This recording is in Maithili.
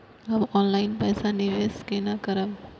हम ऑनलाइन पैसा निवेश केना करब?